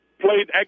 played